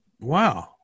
Wow